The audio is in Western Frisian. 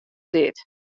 dit